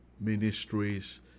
ministries